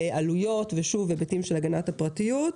עלויות והיבטים של הגנת הפרטיות.